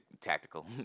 Tactical